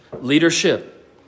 leadership